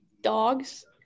Dogs